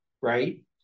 right